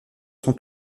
son